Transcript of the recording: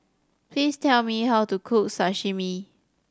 please tell me how to cook Sashimi